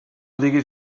diguis